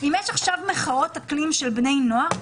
אם יש עכשיו מחאות אקלים של בני נוער,